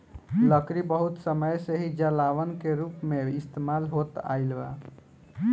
लकड़ी बहुत समय से ही जलावन के रूप में इस्तेमाल होत आईल बा